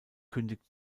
kündigt